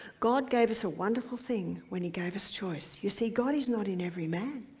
god gave us a wonderful thing when he gave us choice. you see, god is not in every man.